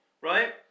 right